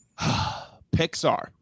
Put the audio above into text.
Pixar